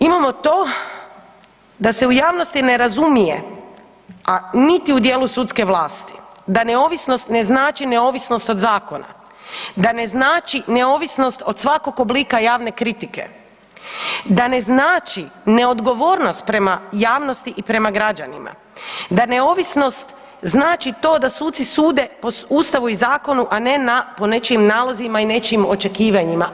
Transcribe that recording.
Imamo to da se u javnosti ne razumije niti u djelu sudske vlasti da neovisnost ne znači neovisnost od zakona, da ne znači neovisnost od svakog oblika javne kritike, da ne znači neodgovornost prema javnosti i prema građanima, da neovisnost znači to da suci sude po Ustavu i zakonu, a ne po nečijim nalozima i nečijim očekivanjima.